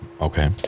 Okay